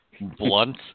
blunt